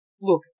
look